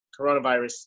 coronavirus